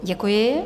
Děkuji.